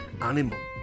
animal